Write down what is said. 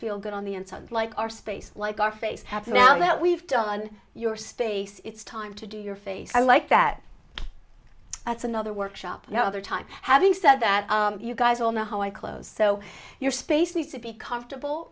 feel good on the inside like our space like our face have to now that we've done your space it's time to do your face i like that that's another workshop another time having said that you guys all know how i close so your space needs to be comfortable